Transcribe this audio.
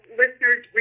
listeners